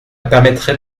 permettrait